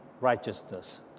righteousness